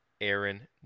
Aaron